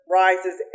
rises